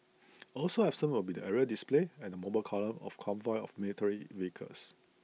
also absent will be the aerial displays and mobile column of convoy of military vehicles